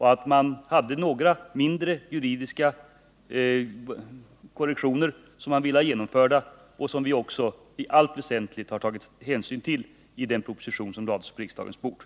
Man hade bara några mindre juridiska korrektioner som man ville ha genomförda och som vi också i allt väsentligt har tagit hänsyn till i den proposition som lades på riksdagens bord.